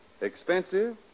Expensive